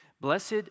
Blessed